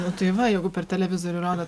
nu tai va jeigu per televizorių rodo